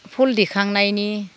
फुल दैखांनायनि